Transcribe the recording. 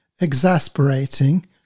exasperating